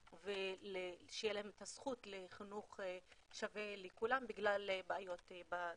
ושתהיה להם את הזכות לחינוך שווה לכולם בגלל בעיות בתשתיות.